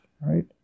right